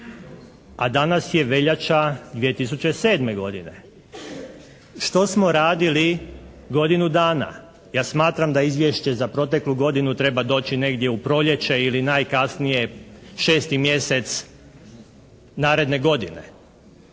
a danas je veljača 2007. godine. Što smo radili godinu dana? Ja smatram da izvješće za proteklu godinu treba doći negdje u proljeće ili najkasnije 6. mjesec naredne godine,